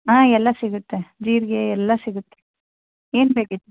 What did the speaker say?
ಹಾಂ ಎಲ್ಲ ಸಿಗತ್ತೆ ಜೀರಿಗೆ ಎಲ್ಲ ಸಿಗತ್ತೆ ಏನು ಬೇಕಿತ್ತು